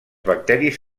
bacteris